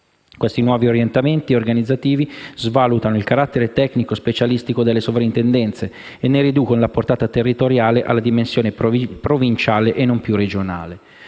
Questi nuovi orientamenti organizzativi svalutano il carattere tecnico-specialistico delle Sovrintendenze e ne riducono la portata territoriale alla dimensione provinciale e non più regionale.